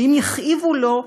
שאם יכאיבו לו,